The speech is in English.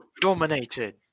dominated